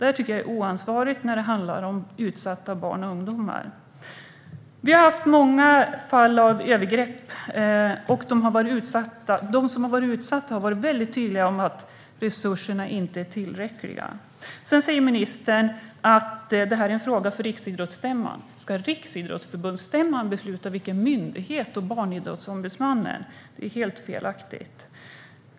Det tycker jag är oansvarigt, då det handlar om utsatta barn och ungdomar. Vi har hört om många fall av övergrepp, och de som har varit utsatta har varit tydliga med att resurserna inte är tillräckliga. Ministern säger att det här är en fråga för Riksidrottsstämman. Ska Riksidrottsförbundet besluta om en barnidrottsombudsman? Det är helt felaktigt.